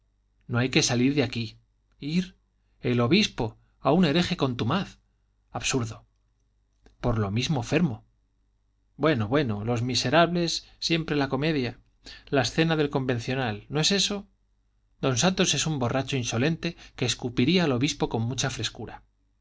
no hay que salir de aquí ir el obispo a un hereje contumaz absurdo por lo mismo fermo bueno bueno los miserables siempre la comedia la escena del convencional no es eso don santos es un borracho insolente que escupiría al obispo con mucha frescura